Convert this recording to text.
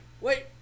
Wait